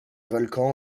volcan